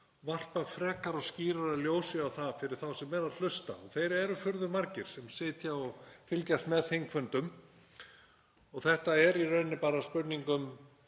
varpa frekara og skýrara ljósi á það fyrir þá sem eru að hlusta, og þeir eru furðu margir sem sitja og fylgjast með þingfundum. Þetta er í rauninni bara spurning um